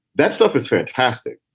that stuff is fantastic.